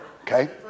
okay